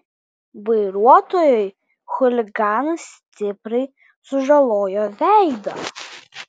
vairuotojui chuliganas stipriai sužalojo veidą